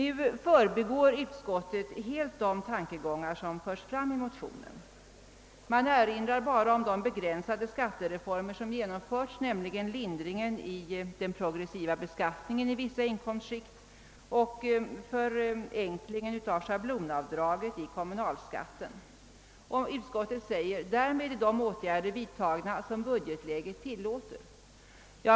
Utskottet förbigår helt de tankegångar som förts fram i motionen och erinrar bara om de begränsade skattereformer som genomförts, nämligen lindringen i den progressiva beskattningen i vissa inkomstskikt och förenklingen av schablonavdraget vid kommunalbeskattningen. Utskottet anser att därmed de åtgärder är vidtagna som budgetläget tillåter.